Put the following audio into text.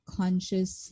conscious